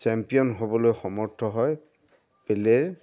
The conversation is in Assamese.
চেম্পিয়ন হ'বলৈ সমৰ্থ হয় পেলেৰ